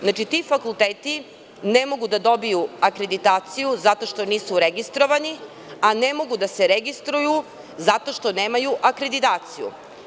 Znači, ti fakulteti ne mogu da dobiju akreditaciju zato što nisu registrovani, a ne mogu da se registruju zato što nemaju akreditaciju.